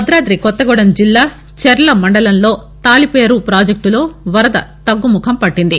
భద్రదాది కొత్తగూదెం జిల్లా చర్ల మండలంలో తాళిపేరు పాజెక్టులో వరద తగ్గుముఖం పట్లింది